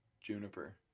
Juniper